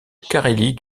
carélie